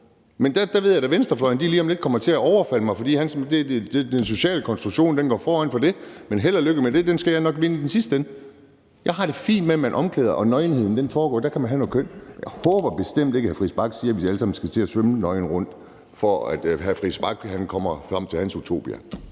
men der ved jeg da, at venstrefløjen lige om lidt kommer til at overfalde mig, fordi den sociale konstruktion går forud for det. Men held og lykke med det; den kamp skal jeg nok vinde i sidste ende. Jeg har det fint med, at man klæder om, og at man der, hvor der er nøgenhed, kan have kønsopdeling. Jeg håber bestemt ikke, hr. Christian Friis Bach siger, at vi alle sammen skal til at svømme nøgne rundt, for at hr. Christian Friis Bach kommer frem til sit utopia.